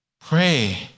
pray